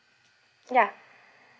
yeah